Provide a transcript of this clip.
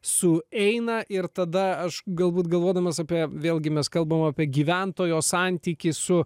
sueina ir tada aš galbūt galvodamas apie vėlgi mes kalbam apie gyventojo santykį su